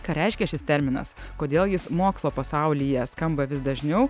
ką reiškia šis terminas kodėl jis mokslo pasaulyje skamba vis dažniau